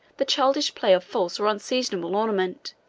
the childish play of false or unseasonable ornament,